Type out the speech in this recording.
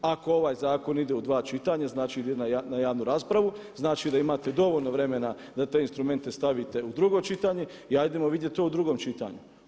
Ako ovaj zakon ide u dva čitanja, znači na javnu raspravu, znači da imate dovoljno vremena da te instrumente stavite u drugo čitanje i ajdemo vidjeti to u drugom čitanju.